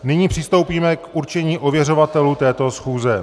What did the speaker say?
Nyní přistoupíme k určení ověřovatelů této schůze.